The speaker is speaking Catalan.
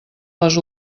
les